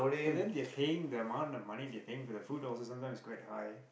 but then they're paying the amount of money they're paying for the food also sometimes is quite high